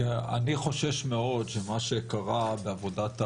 אני חושש מאד שמה שקרה בעבודת הוועדה,